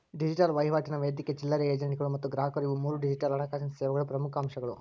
digital ವಹಿವಾಟಿನ ವೇದಿಕೆ ಚಿಲ್ಲರೆ ಏಜೆಂಟ್ಗಳು ಮತ್ತ ಗ್ರಾಹಕರು ಇವು ಮೂರೂ ಡಿಜಿಟಲ್ ಹಣಕಾಸಿನ್ ಸೇವೆಗಳ ಪ್ರಮುಖ್ ಅಂಶಗಳು